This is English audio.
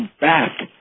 back